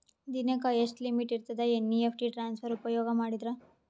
ದಿನಕ್ಕ ಎಷ್ಟ ಲಿಮಿಟ್ ಇರತದ ಎನ್.ಇ.ಎಫ್.ಟಿ ಟ್ರಾನ್ಸಫರ್ ಉಪಯೋಗ ಮಾಡಿದರ?